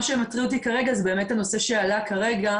מה שמטריד אותי כרגע זה באמת הנושא שעלה כרגע